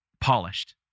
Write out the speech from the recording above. polished